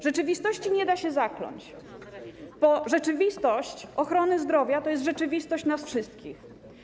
Rzeczywistości nie da się zakląć, bo rzeczywistość ochrony zdrowia to jest rzeczywistość nas wszystkich.